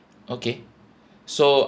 okay so